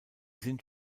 sind